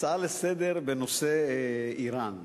הצעה לסדר-היום בנושא אירן.